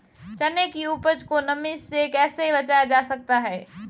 चने की उपज को नमी से कैसे बचाया जा सकता है?